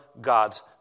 God's